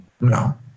No